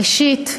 ראשית,